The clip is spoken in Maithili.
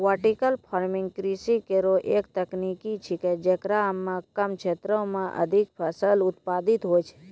वर्टिकल फार्मिंग कृषि केरो एक तकनीक छिकै, जेकरा म कम क्षेत्रो में अधिक फसल उत्पादित होय छै